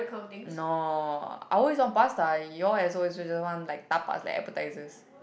no I always walk past lah you all as always usual one like dabao is the appetisers